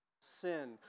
Sin